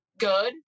Good